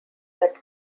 that